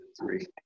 three